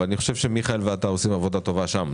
אבל אני חושב שמיכאל ואתה עושים עבודה טובה שם,